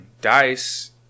DICE